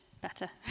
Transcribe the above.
better